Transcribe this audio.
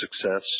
success